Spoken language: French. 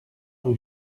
rue